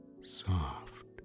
soft